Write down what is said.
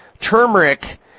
turmeric